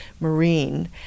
Marine